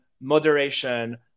moderation